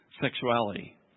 sexuality